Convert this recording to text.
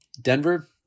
Denver